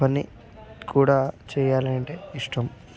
పని కూడా చేయాలి అంటే ఇష్టం